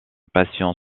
patient